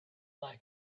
like